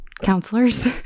counselors